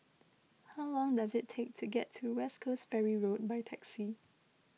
how long does it take to get to West Coast Ferry Road by taxi